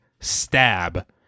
Stab